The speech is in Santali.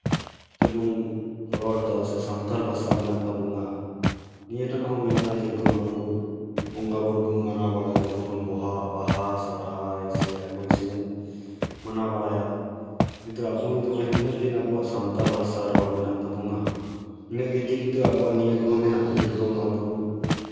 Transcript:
ᱟᱵᱚ ᱵᱚ ᱨᱚᱲᱮᱫᱟ ᱥᱮ ᱥᱟᱱᱛᱟᱲ ᱵᱷᱟᱥᱟ ᱢᱮᱱᱟᱜ ᱛᱟᱵᱳᱱᱟ ᱱᱤᱭᱟᱹ ᱨᱮᱦᱚᱸ ᱢᱮᱱᱟᱜᱼᱟ ᱡᱮᱨᱚᱠᱚᱢ ᱟᱵᱚ ᱵᱚᱸᱜᱟᱼᱵᱳᱨᱳ ᱵᱚᱱ ᱢᱟᱱᱟᱣ ᱵᱟᱲᱟᱣ ᱠᱚᱣᱟ ᱡᱮᱨᱚᱠᱚᱢ ᱵᱟᱦᱟ ᱥᱚᱨᱦᱟᱭ ᱥᱮ ᱟᱭᱢᱟ ᱠᱤᱪᱷᱩ ᱵᱚᱱ ᱢᱟᱱᱟᱣ ᱵᱟᱲᱟᱭᱟ ᱠᱤᱱᱛᱩ ᱟᱵᱚ ᱱᱚᱜᱼᱚᱸᱭ ᱛᱤᱱᱟᱹᱜ ᱫᱤᱱ ᱟᱵᱚᱣᱟᱜ ᱥᱟᱱᱛᱟᱲ ᱵᱷᱟᱥᱟ ᱨᱚᱲ ᱢᱮᱱᱟᱜ ᱛᱟᱵᱳᱱᱟ ᱤᱱᱟᱹᱜ ᱫᱤᱱᱜᱮ ᱠᱤᱱᱛᱩ ᱟᱵᱚᱣᱟᱜ ᱱᱚᱣᱟ ᱠᱚᱦᱚᱸ ᱢᱮᱱᱟᱜᱼᱟ ᱡᱮᱨᱚᱠᱚᱢ ᱟᱵᱚ